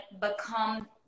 become